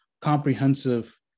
comprehensive